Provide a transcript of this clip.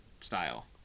style